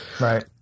right